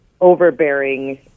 overbearing